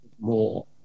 more